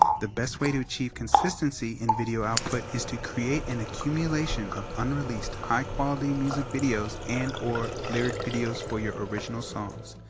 the best way to achieve consistency in video output is to create an accumulation of unreleased, high quality music videos and or lyric videos for your original songs.